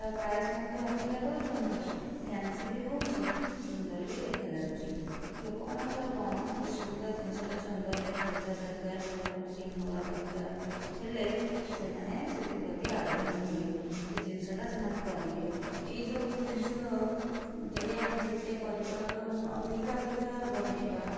ତା ପ୍ରାଇସ୍ ମଧ୍ୟ ଅଧିକା ଦେଉଛନ୍ତି ଫ୍ୟାନ୍ସି ବି ହେଉଛି ସୁନ୍ଦର ବି ଦେଖାଯାଉଛି ଲୋକମାନଙ୍କର କଣ ଯିଏ ସୁନ୍ଦର ଜିନିଷଟା ସୁନ୍ଦର ଦେଖାଯିବା ଦରକାର ଭଲ ଫିଟିଙ୍ଗ୍ ହେବା ଦରକାର ହେଲେ ସେମାନେ ସେଥିପ୍ରତି ଆଗ୍ରହୀ ହେବେ ଯେ ଜିନିଷଟା ସେମାନେ କରିବେ ଏଇସବୁ ଜିନିଷ ଯଦି ଆମେ ଯେତେ କରିବା ଅଧିକା ଅଧିକା ବନେଇବା